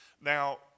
Now